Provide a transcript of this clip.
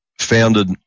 founded